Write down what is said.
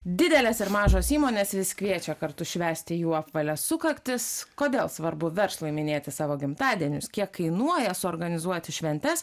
didelės ir mažos įmonės vis kviečia kartu švęsti jų apvalias sukaktis kodėl svarbu verslui minėti savo gimtadienius kiek kainuoja suorganizuoti šventes